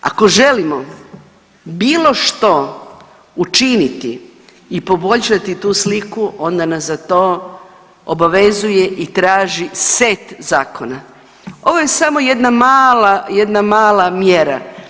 Ako želimo bilo što učiniti i poboljšati tu sliku onda nas za to obavezuje i traži set zakona, ovo je samo jedna mala, jedna mala mjera.